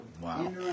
Wow